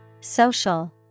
Social